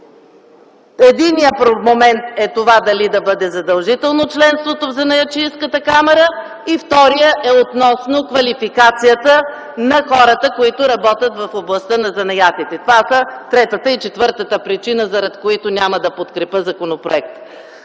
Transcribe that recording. Единият момент е това дали да бъде задължително членството в Занаятчийската камара. Вторият момент е относно квалификацията на хората, които работят в областта на занаятите. Това са третата и четвъртата причина, заради които няма да подкрепя законопроекта.